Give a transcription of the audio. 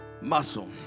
Muscle